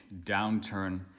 downturn